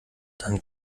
dann